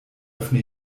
öffne